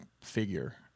figure